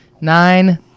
Nine